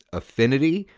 affinity,